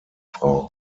frau